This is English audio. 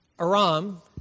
Aram